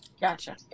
gotcha